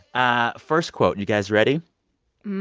ah first quote. you guys ready?